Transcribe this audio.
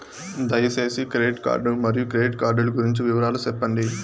దయసేసి credit card మరియు credit card లు గురించి వివరాలు సెప్పండి?